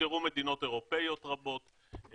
הוזכרו מדינות אירופאיות רבות,